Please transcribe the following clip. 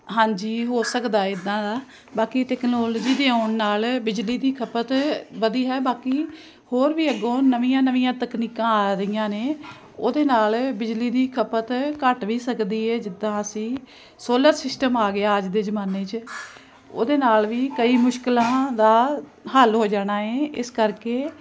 ਹਾਂਜੀ ਹੋ ਸਕਦਾ ਇੱਦਾਂ ਦਾ ਬਾਕੀ ਟੈਕਨੋਲਜੀ ਦੇ ਆਉਣ ਨਾਲ ਬਿਜਲੀ ਦੀ ਖਪਤ ਵਧੀ ਹੈ ਬਾਕੀ ਹੋਰ ਵੀ ਅੱਗੋਂ ਨਵੀਆਂ ਨਵੀਆਂ ਤਕਨੀਕਾਂ ਆ ਰਹੀਆਂ ਨੇ ਉਹਦੇ ਨਾਲ ਬਿਜਲੀ ਦੀ ਖਪਤ ਘੱਟ ਵੀ ਸਕਦੀ ਹੈ ਜਿੱਦਾਂ ਅਸੀਂ ਸੋਲਰ ਸਿਸਟਮ ਆ ਗਿਆ ਅੱਜ ਦੇ ਜ਼ਮਾਨੇ 'ਚ ਉਹਦੇ ਨਾਲ ਵੀ ਕਈ ਮੁਸ਼ਕਲਾਂ ਦਾ ਹੱਲ ਹੋ ਜਾਣਾ ਹੈ ਇਸ ਕਰਕੇ